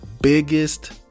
biggest